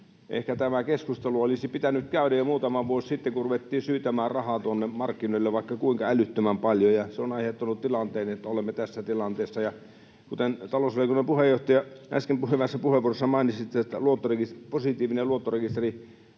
ehkä tämä keskustelu olisi pitänyt käydä jo muutama vuosi sitten, kun ruvettiin syytämään rahaa tuonne markkinoille vaikka kuinka älyttömän paljon. Se on aiheuttanut sen, että olemme tässä tilanteessa. Kuten talousvaliokunnan puheenjohtaja äsken hyvässä puheenvuorossaan mainitsi, tämä positiivinen luottorekisteri